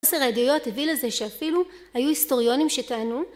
עשר עדויות הביא לזה שאפילו היו היסטוריונים שטענו...